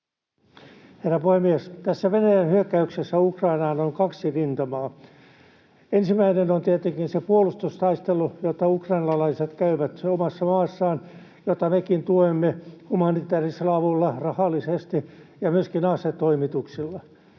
Herra puhemies! Tässä Venäjän hyökkäyksessä Ukrainaan on kaksi rintamaa. Ensimmäinen on tietenkin se puolustustaistelu, jota ukrainalaiset käyvät omassa maassaan, jota mekin tuemme humanitäärisellä avulla, rahallisesti ja myöskin asetoimituksilla.